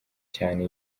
cyane